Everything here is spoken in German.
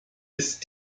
ist